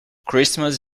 christmas